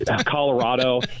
Colorado